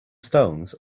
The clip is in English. stones